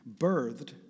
birthed